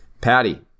Patty